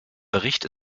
bericht